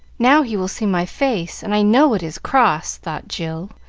now he will see my face, and i know it is cross, thought jill,